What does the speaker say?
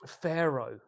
Pharaoh